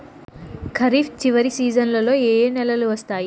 ఖరీఫ్ చివరి సీజన్లలో ఏ ఏ నెలలు వస్తాయి